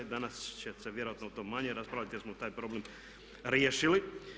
Danas će se vjerojatno o tom manje raspravljati jer smo taj problem riješili.